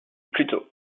pluto